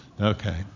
Okay